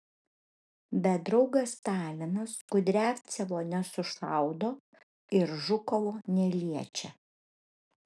bet draugas stalinas kudriavcevo nesušaudo ir žukovo neliečia